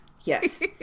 Yes